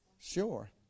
Sure